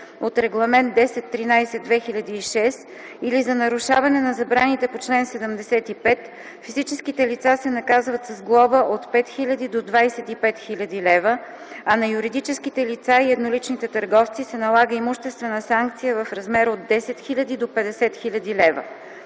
от Регламент 1013/2006 или за нарушаване на забраните по чл. 75 физическите лица се наказват с глоба от 5000 до 25 000 лв., а на юридическите лица и едноличните търговци се налага имуществена санкция в размер от 10 000 до 50 000 лв.